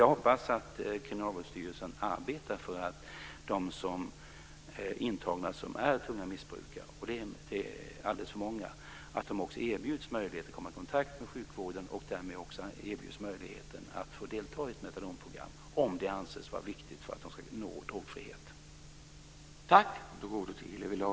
Jag hoppas att Kriminalvårdsstyrelsen arbetar för att de intagna som är tunga missbrukare - och de är alldeles för många - erbjuds möjlighet att komma i kontakt med sjukvården och därmed också erbjuds möjligheten att få delta i ett metadonprogram, om det anses vara viktigt för att de ska nå drogfrihet.